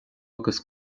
agus